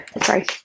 Sorry